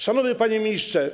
Szanowny Panie Ministrze!